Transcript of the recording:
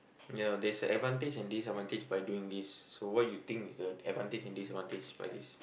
ya there is a advantage and disadvantage by doing this so what you think is the advantage and disadvantage by this